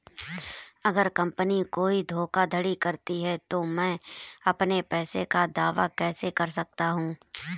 अगर कंपनी कोई धोखाधड़ी करती है तो मैं अपने पैसे का दावा कैसे कर सकता हूं?